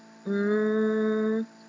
um